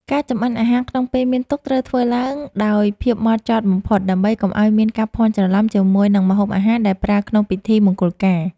ការចម្អិនអាហារក្នុងពេលមានទុក្ខត្រូវធ្វើឡើងដោយភាពហ្មត់ចត់បំផុតដើម្បីកុំឱ្យមានការភាន់ច្រឡំជាមួយនឹងម្ហូបអាហារដែលប្រើក្នុងពិធីមង្គលការ។